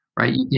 right